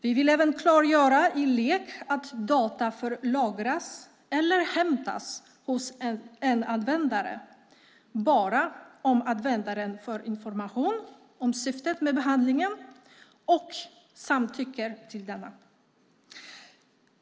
Vi vill även klargöra i lagen om elektronisk kommunikation att data får lagras eller hämtas hos en användare bara om användaren får information om syftet med behandlingen och samtycker till denna.